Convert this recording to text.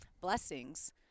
blessings